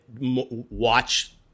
watch